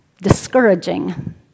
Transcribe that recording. discouraging